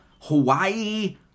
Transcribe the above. Hawaii